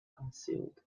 concealed